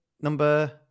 number